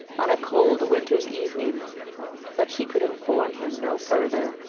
on a cold winter's evening but she could inform him no further.